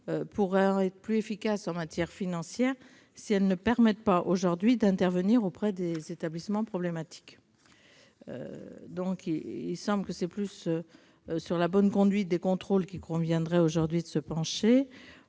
pourraient être plus efficaces en matière financière si elles ne permettent pas aujourd'hui d'intervenir auprès des établissements problématiques. Il me semble donc que c'est plus sur la bonne conduite des contrôles qu'il conviendrait de se pencher.